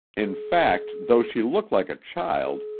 in fact, though she looked like a child,